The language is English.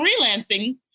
freelancing